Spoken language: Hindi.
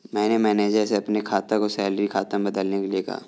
मैंने मैनेजर से अपने खाता को सैलरी खाता में बदलने के लिए कहा